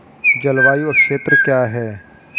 जलवायु क्षेत्र क्या है?